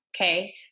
okay